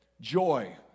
joy